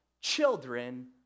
children